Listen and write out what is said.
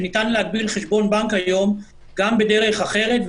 שניתן היום להגביל חשבון בנק גם בדרך אחרת,